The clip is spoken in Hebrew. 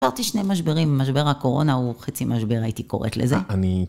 קיבלתי שני משברים, משבר הקורונה הוא חצי משבר הייתי קוראת לזה.